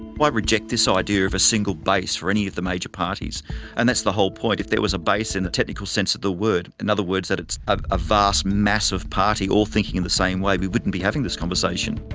reject this so idea of a single base for any of the major parties and that's the whole point, if there was a base in the technical sense of the word, in other words, that it's a vast mass of party all thinking in the same way, we wouldn't be having this conversation.